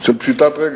של פשיטת רגל.